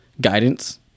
guidance